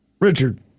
Richard